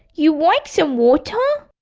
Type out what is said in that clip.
you like some water?